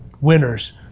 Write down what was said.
winners